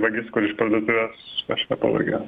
vagis kur iš parduotuvės kažką pavogė